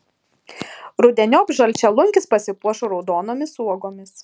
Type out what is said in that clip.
rudeniop žalčialunkis pasipuoš raudonomis uogomis